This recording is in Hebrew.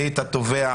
כשהיית תובע,